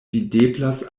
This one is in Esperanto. videblas